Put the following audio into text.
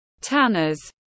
Tanner's